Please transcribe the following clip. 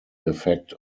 effect